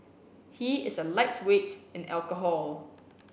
he is a lightweight in alcohol